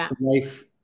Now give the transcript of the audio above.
life